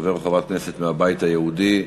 חבר או חברת כנסת מהבית היהודי,